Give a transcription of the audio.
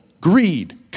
greed